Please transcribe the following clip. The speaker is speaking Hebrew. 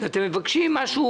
זה משהו